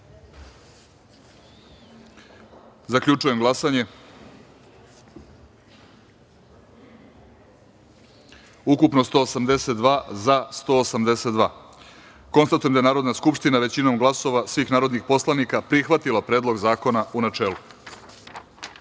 izjasne. Zaključujem glasanje: ukupno - 182, za - 182.Konstatujem da je Narodna skupština većinom glasova svih narodnih poslanika prihvatila Predlog zakona u